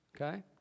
Okay